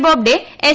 Bobde S